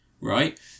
right